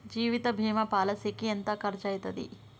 జీవిత బీమా పాలసీకి ఎంత ఖర్చయితది?